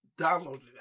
downloaded